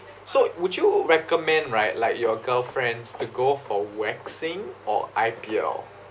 so would you recommend right like your girlfriends to go for waxing or I_P_L